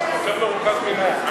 קבוצת סיעת הרשימה המשותפת,